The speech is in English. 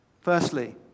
Firstly